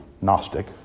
Gnostic